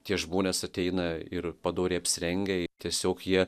tie žmonės ateina ir padoriai apsirengę tiesiog jie